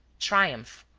triumph,